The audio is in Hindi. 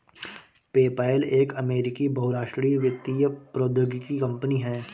पेपैल एक अमेरिकी बहुराष्ट्रीय वित्तीय प्रौद्योगिकी कंपनी है